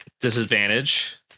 Disadvantage